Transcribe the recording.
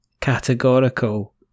Categorical